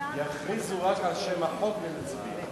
יכריזו רק על שם החוק ונצביע.